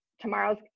tomorrow's